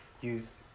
use